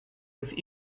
with